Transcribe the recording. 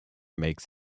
makes